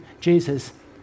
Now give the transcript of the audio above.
Jesus